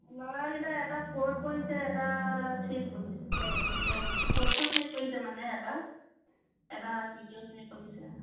ল'ৰাকেইটা এটা ফ'ৰত পঢ়িছে এটা থ্ৰীত পঢ়িছে অঁ চতুৰ্থ শ্ৰেণীত পঢ়িছে মানে এটা এটা তৃতীয় শ্ৰেণীত পঢ়িছে